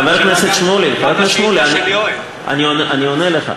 חבר הכנסת שמולי, אני עונה לך.